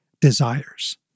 desires